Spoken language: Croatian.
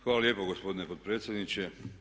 Hvala lijepo gospodine potpredsjedniče.